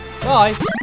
Bye